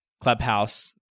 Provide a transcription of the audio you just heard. Clubhouse